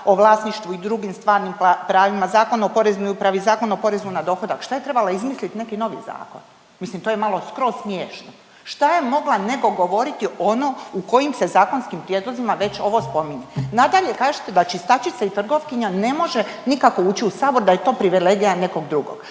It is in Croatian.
o vlasništvu i drugim stvarnim pravima, Zakon o Poreznoj upravi, Zakon o porezu na dohodak. Šta je trebalo izmislit neki novi zakon? Mislim to je malo skroz smiješno. Šta je mogla nego govoriti ono u kojim se zakonskim prijedlozima već ovo spominje? Nadalje, kažete da čistačice i trgovkinja ne može nikako ući u sabor, da je to privilegija nekog drugog.